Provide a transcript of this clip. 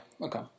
okay